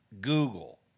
Google